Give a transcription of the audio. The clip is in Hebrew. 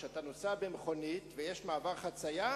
כשאתה נוסע במכונית ויש מעבר חצייה,